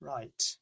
Right